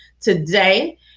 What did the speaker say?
today